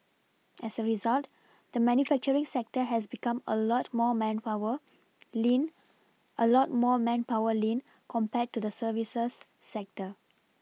as a result the manufacturing sector has become a lot more manpower lean a lot more manpower lean compared to the services sector